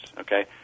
Okay